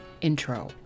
intro